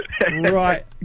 right